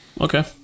okay